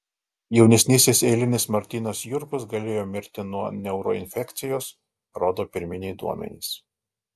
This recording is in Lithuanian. jaunesnysis eilinis martynas jurkus galėjo mirti nuo neuroinfekcijos rodo pirminiai duomenys